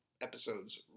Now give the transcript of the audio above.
episodes